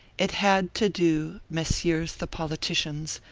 it had to do, messieurs the politicians,